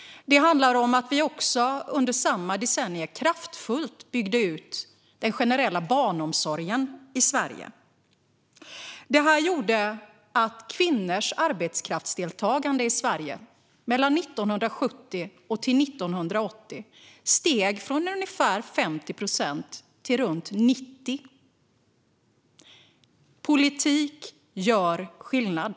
Det handlar om att vi också under samma decennium kraftfullt byggde ut den generella barnomsorgen i Sverige. Det gjorde att kvinnors arbetskraftsdeltagande i Sverige mellan 1970 och 1980 steg från ungefär 50 procent till runt 90 procent. Politik gör skillnad.